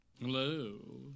Hello